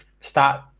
start